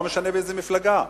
לא משנה באיזו מפלגה.